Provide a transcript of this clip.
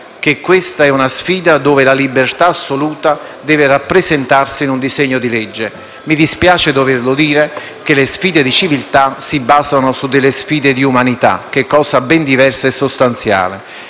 civiltà, una sfida dove la libertà assoluta deve rappresentarsi in un disegno di legge. Mi dispiace doverlo dire ma le sfide di civiltà si basano su sfide di umanità, che è cosa ben diversa e sostanziale.